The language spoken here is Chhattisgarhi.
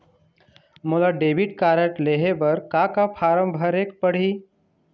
मोला डेबिट कारड लेहे बर का का फार्म भरेक पड़ही?